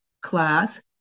class